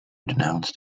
denounced